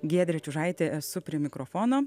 giedrė čiužaitė esu prie mikrofono